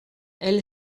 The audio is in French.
elle